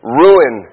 ruin